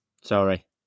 Sorry